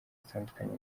atandukanye